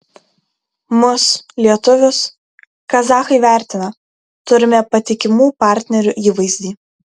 mus lietuvius kazachai vertina turime patikimų partnerių įvaizdį